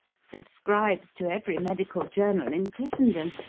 subscribes to every medical journal in christendom,